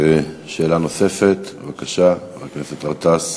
חבר הכנסת גטאס,